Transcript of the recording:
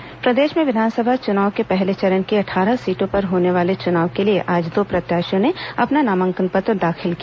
विधानसभा चुनाव नामांकन पत्र प्रदेश में विधानसभा चुनाव के पहले चरण की अट्ठारह सीटों पर होने वाले चुनाव के लिए आज दो प्रत्याशियों ने अपना नामांकन पत्र दाखिल किया